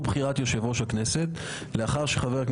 בחירת סגן יו"ר הכנסת שיכהן כיו"ר בפועל ממועד